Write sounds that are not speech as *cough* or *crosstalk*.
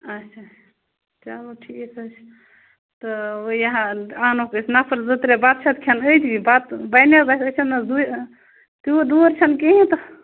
آچھا چلو ٹھیٖک حظ چھِ تہٕ وۄنۍ یہِ ہا آنوکھ أسۍ نَفَر زٕ ترٛےٚ بَتہٕ شَتہٕ کھٮ۪ن أتی بَتہٕ بَنہِ حظ اَسہِ أسۍ چھِنہٕ حظ *unintelligible* تیوٗت دوٗر چھِنہٕ کِہیٖنۍ تہٕ